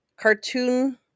cartoon